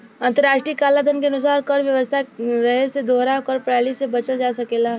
अंतर्राष्ट्रीय कलाधन के अनुसार कर व्यवस्था रहे से दोहरा कर प्रणाली से बचल जा सकेला